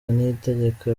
niyitegeka